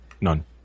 None